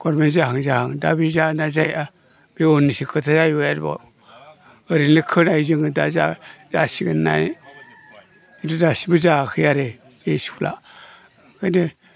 government जाहां जाहां दा बे जाना जाया बे उननिसो खोथा जाहैबाय आरोबाव ओरैनो खोनायो जों दा जासिगोन होननाय खिन्थु दासिमबो जायाखै आरो बे स्कुला ओंखायनो